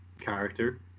character